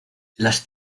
las